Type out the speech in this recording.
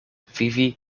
vivi